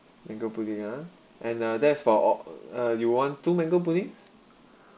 mango pudding ah and uh that's for all uh you want two mango puddings